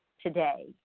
today